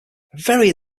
very